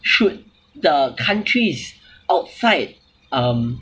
should the countries outside um